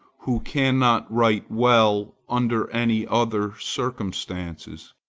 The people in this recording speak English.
who cannot write well under any other circumstances.